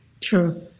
True